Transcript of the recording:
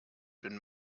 been